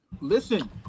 listen